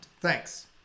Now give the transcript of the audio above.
Thanks